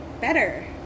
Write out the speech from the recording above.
better